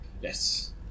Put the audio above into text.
Yes